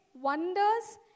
wonders